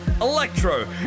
electro